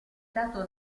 stato